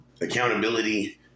Accountability